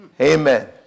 Amen